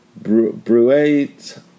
Bruet